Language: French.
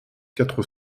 quatre